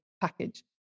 package